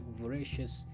voracious